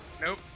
nope